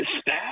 staff